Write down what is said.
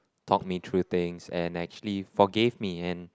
talk me through things and actually forgave me and